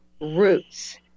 roots